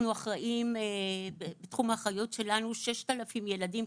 אנחנו אחראים ובתחום האחריות שלנו 6,000 ילדים,